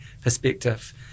perspective